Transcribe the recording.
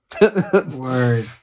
word